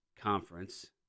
conference